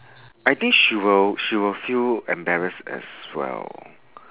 I think she will she will feel embarrassed as well